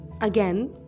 again